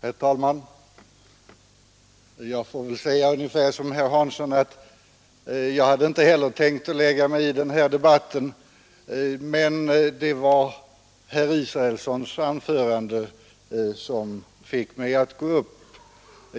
Herr talman! Jag får väl säga som herr Hansson i Skegrie gjorde att jag inte heller hade tänkt lägga mig i den här debatten, men herr Israelssons anförande fick mig att gå upp.